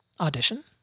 Audition